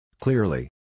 Clearly